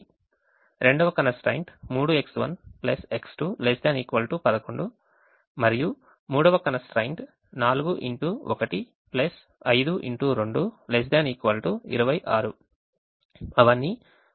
రెండవ constraint 3X1 X2 ≤ 11 మరియు మూడవ constraint 4X1 5X2 ≤ 26 అవన్నీ ఇక్కడ వ్రాయబడ్డాయి